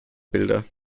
bilder